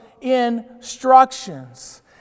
instructions